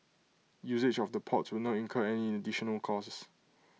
usage of the ports will not incur any additional cost